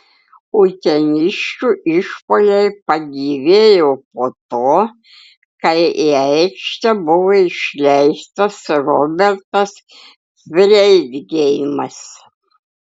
uteniškių išpuoliai pagyvėjo po to kai į aikštę buvo išleistas robertas freidgeimas